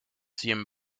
cien